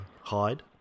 hide